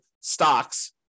stocks